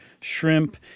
shrimp